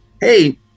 Hey